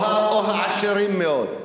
או העשירים מאוד.